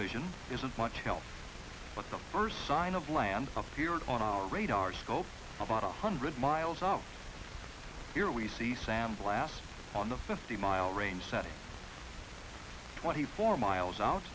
vision isn't much help but the first sign of land appeared on our radar scope about a hundred miles off here we see sam blast on the fifty mile range twenty four miles out